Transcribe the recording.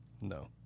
No